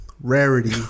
Rarity